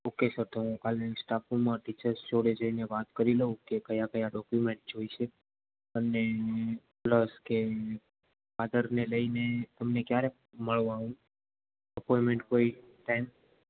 okay sir તો હું કાલ સ્ટાફ રૂમ જઈને વાત કરી લઉં કે કયા કયા ડોક્યુમેન્ટ જોઈશે અને પ્લસ કે ફાધરને લઈને ક્યારે મળવાનું ફોર વેટ કોઈ ટાઈમ